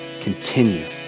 continue